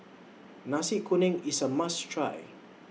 Nasi Kuning IS A must Try